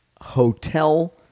Hotel